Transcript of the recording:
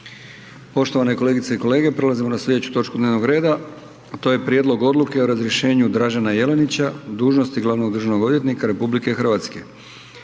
Poštovane kolegice i kolege, prelazimo na slijedeću točku dnevnog reda, a to je: - Prijedlog odluke o razrješenju Dražena Jelenića dužnosti glavnog državnog odvjetnika RH. Predlagatelj